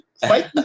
Fight